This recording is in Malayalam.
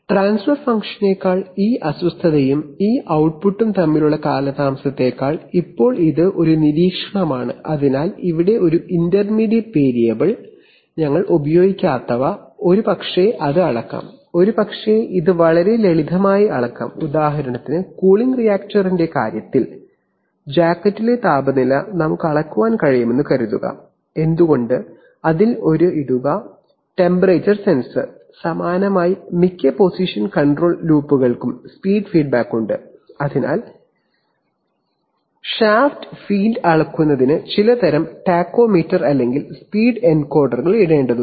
ട്രാൻസ്ഫർ ഫംഗ്ഷനേക്കാൾ ഈ അസ്വസ്ഥതയും ഈ output ട്ട്പുട്ടും തമ്മിലുള്ള കാലതാമസത്തേക്കാൾ ഇപ്പോൾ ഇത് ഒരു നിരീക്ഷണമാണ് അതിനാൽ ഇവിടെ ഒരു ഇന്റർമീഡിയറ്റ് വേരിയബിൾ ഞങ്ങൾ ഉപയോഗിക്കാത്തവ ഒരുപക്ഷേ അത് അളക്കാം ഒരുപക്ഷേ ഇത് വളരെ ലളിതമായി അളക്കാം ഉദാഹരണത്തിന് കൂളിംഗ് റിയാക്ടറിന്റെ കാര്യത്തിൽ ജാക്കറ്റിന്റെ താപനില നമുക്ക് അളക്കാൻ കഴിയുമെന്ന് കരുതുക ഒരു ടെമ്പറേച്ചർ സെൻസർ ഇടുക സമാനമായി മിക്ക പൊസിഷൻ കൺട്രോൾ ലൂപ്പുകൾക്കും സ്പീഡ് ഫീഡ്ബാക്ക് ഉണ്ട് അതിനാൽ ഷാഫ്റ്റ് ഫീൽഡ് അളക്കുന്നതിന് ചിലതരം ടാക്കോമീറ്റർ അല്ലെങ്കിൽ സ്പീഡ് എൻകോഡർ ഇടേണ്ടതുണ്ട്